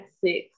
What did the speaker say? six